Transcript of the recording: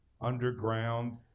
underground